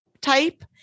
type